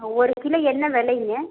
ஒரு கிலோ என்ன விலைங்க